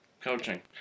Coaching